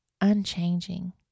unchanging